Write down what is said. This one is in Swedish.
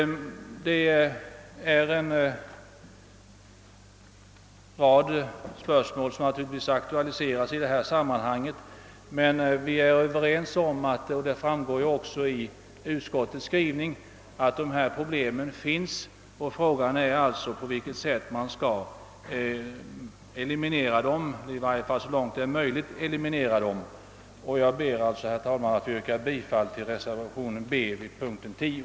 En rad spörsmål aktualiseras i detta sammanhang, och vi är överens om — vilket också framgår av utskottets skrivning — att problemen finns och att frågan är hur de skall elimineras, så långt det nu är möjligt. En utökning av observationsklassundervisningen är en väg. Herr talman! Jag ber att få yrka bifall till reservationen B vid punkten 10.